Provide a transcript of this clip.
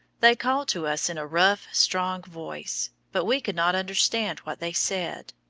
they called to us in a rough strong voice, but we could not understand what they said.